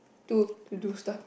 to to do stuff